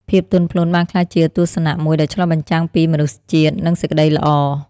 ភាពទន់ភ្លន់បានក្លាយជាទស្សនៈមួយដែលឆ្លុះបញ្ចាំងពីមនុស្សជាតិ និងសេចក្ដីល្អ។